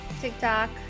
TikTok